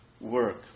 work